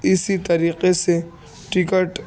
اسی طریقے سے ٹکٹ